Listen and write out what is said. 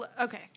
Okay